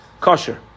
Kosher